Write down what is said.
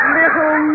little